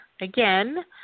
again